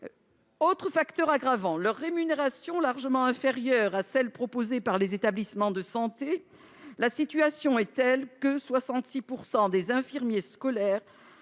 Autre facteur aggravant, leur rémunération est largement inférieure à celle proposée par les établissements de santé. La situation est telle que 66 % des infirmiers scolaires